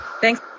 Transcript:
thanks